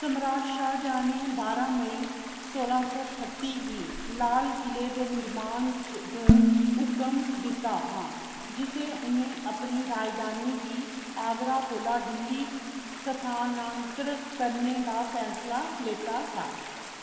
सम्राट शाह्जहां ने बारां मेई सोलां सौ ठत्ती गी लाल किले दे नरमान च द हुकम दित्ता हा जिसलै उ'नें अपनी राजधानी गी आगरा कोला दिल्ली स्थानांतर करने दा फैसला लैत्ता हा